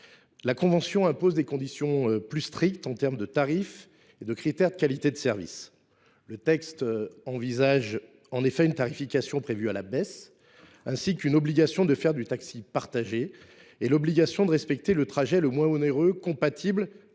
la convention impose des conditions plus strictes pour ce qui est des tarifs et des critères de qualité de service. Le texte envisage en effet une tarification prévue à la baisse, une obligation de pratiquer le taxi partagé, ainsi que celle de respecter le trajet le moins onéreux possible,